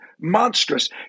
monstrous